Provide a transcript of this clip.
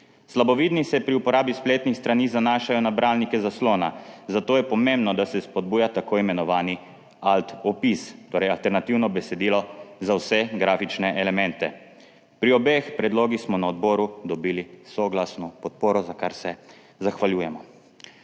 Slabovidni se pri uporabi spletnih strani zanašajo na bralnike zaslona, zato je pomembno, da se spodbuja tako imenovani ALT opis, torej alternativno besedilo za vse grafične elemente. Pri obeh predlogih smo na odboru dobili soglasno podporo, za kar se zahvaljujemo.